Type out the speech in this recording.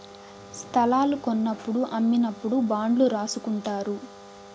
స్తలాలు కొన్నప్పుడు అమ్మినప్పుడు బాండ్లు రాసుకుంటారు